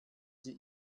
sie